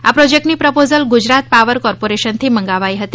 આ પ્રોજેકટની proposal Gujarat power કોપોરેશનથી મંગાવાઈ હતી